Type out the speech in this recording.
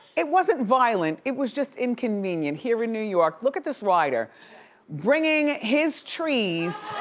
it wasn't violent, it was just inconvenient. here in new york, look at this rider bringing his trees.